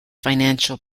financial